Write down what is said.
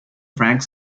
frank